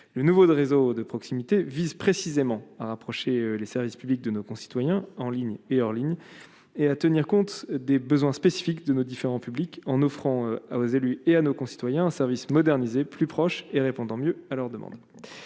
le nouveau de réseaux de proximité vise précisément à rapprocher les services publics de nos concitoyens en ligne et hors ligne et à tenir compte des besoins spécifiques de nos différents publics en offrant à aux élus et à nos concitoyens un service modernisé, plus proche et répondant mieux à leur demande,